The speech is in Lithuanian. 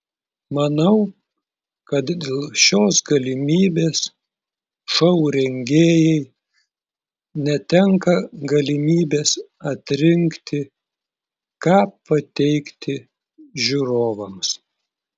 manau kad dėl šios galimybės šou rengėjai netenka galimybės atrinkti ką pateikti žiūrovams